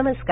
नमस्कार